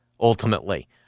ultimately